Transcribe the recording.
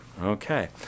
okay